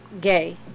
Gay